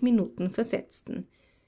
minuten versetzten